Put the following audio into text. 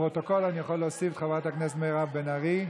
לפרוטוקול אני יכול להוסיף את חברת הכנסת מירב בן ארי.